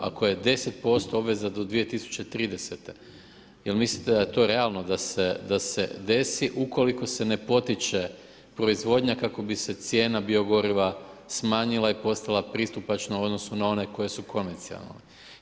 Ako je 10% obveza do 2030. jer mislite da je to realno da se desi ukoliko se ne potiče proizvodnja kako bi se cijena bio goriva smanjila i postala pristupačna u odnosu na one koje su komercijalne.